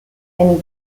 and